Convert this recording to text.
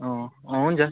अँ अँ हुन्छ